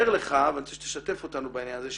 רוצה שתשתף אותנו בעניין הזה,